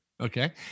Okay